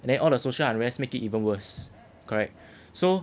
and then all the social unrest make it even worse correct so